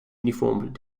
uniformed